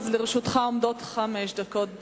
עומדות לרשותך חמש דקות.